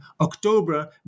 October